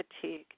fatigue